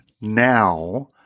now